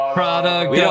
product